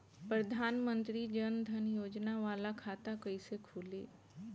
प्रधान मंत्री जन धन योजना वाला खाता कईसे खुली?